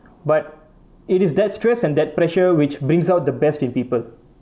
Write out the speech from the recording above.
but it is that stress and that pressure which brings out the best in people